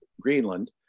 Greenland